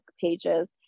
pages